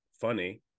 funny